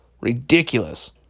Ridiculous